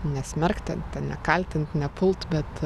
nesmerkti nekaltint nepult bet